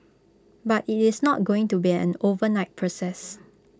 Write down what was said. but IT is not going to be an overnight process